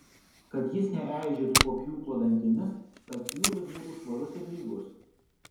kad jis neeižėtų po pjūklo dantimis kad pjūvis būtų švarus ir lygus